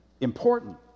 important